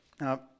Now